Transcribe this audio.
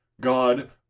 God